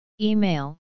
Email